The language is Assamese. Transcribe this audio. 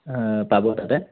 আ পাব তাতে